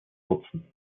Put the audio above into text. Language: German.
nutzen